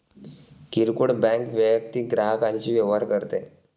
किरकोळ बँक वैयक्तिक ग्राहकांशी व्यवहार करते